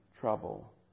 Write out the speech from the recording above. trouble